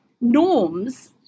norms